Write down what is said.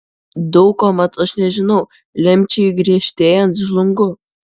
daug ko mat aš nežinau lemčiai griežtėjant žlungu